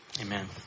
Amen